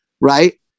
Right